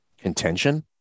Contention